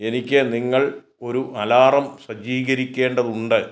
എനിക്ക് നിങ്ങൾ ഒരു അലാറം സജ്ജീകരിക്കേണ്ടതുണ്ട്